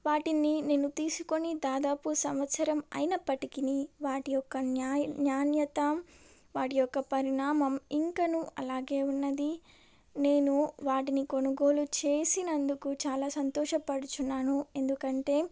వాటిని నేను తీసుకొని దాదాపు సంవత్సరం అయినప్పటికినీ వాటి యొక్క నాణ్యత వాటి యొక్క పరిణామం ఇంకనూ అలాగే ఉన్నది నేను వాటిని కొనుగోలు చేసినందుకు చాలా సంతోషపడుచున్నాను ఎందుకంటే